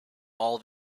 all